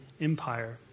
Empire